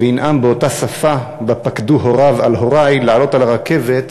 וינאם באותה שפה שבה פקדו הוריו על הורי לעלות על הרכבת